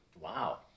Wow